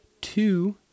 two